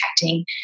protecting